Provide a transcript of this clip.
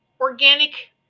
organic